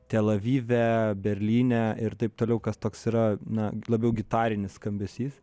tel avive berlyne ir taip toliau kas toks yra na labiau gitarinis skambesys